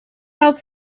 out